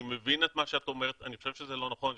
אני מבין את מה שאת אומרת ואני חושב שזה לא נכון ואני